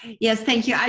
yes, thank you.